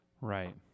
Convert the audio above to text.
Right